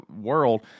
world